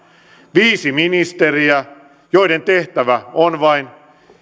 viisi ministeriä joiden tehtävä on vain